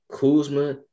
Kuzma